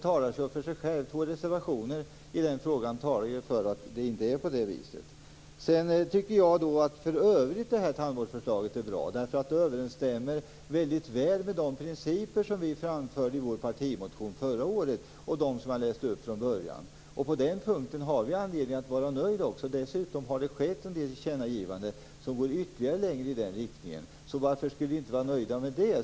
Våra reservationer i den frågan talar alltså för att det inte är på nämnda vis. För övrigt tycker jag att tandvårdsförslaget är bra. Det överensstämmer väldigt väl med de principer som vi förra året framförde i vår partimotion och de principer som jag inledningsvis läste upp. På den punkten har vi anledning att vara nöjda. Dessutom har det skett en del tillkännagivanden som går ännu längre i den aktuella riktningen. Varför skulle vi inte vara nöjda med det?